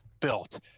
built